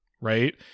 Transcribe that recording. right